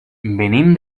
venim